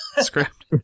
script